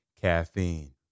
caffeine